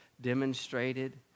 demonstrated